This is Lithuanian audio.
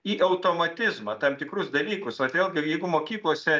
į automatizmą tam tikrus dalykus vat vėlgi jeigu mokyklose